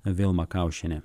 vilma kaušienė